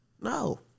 No